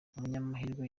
umunyamahirwe